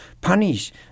punish